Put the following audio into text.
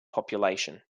population